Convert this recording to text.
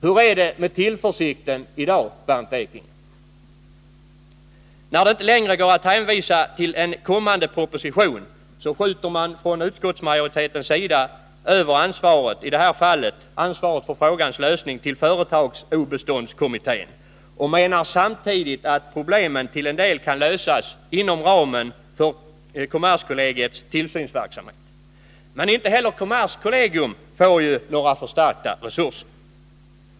Hur är det med tillförsikten i dag, Bernt När det inte längre går att hänvisa till en kommande proposition skjuter utskottsmajoriteten över ansvaret för frågans lösning till företagsobeståndskommittén, och man menar samtidigt att problemen till en del kan lösas inom ramen för kommerskollegiets tillsynsverksamhet. Men inte heller kommerskollegium får ju några förstärkta resurser.